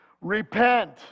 Repent